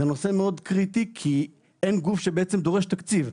זה נושא מאוד קריטי כי אין גוף שבעצם דורש תקציב.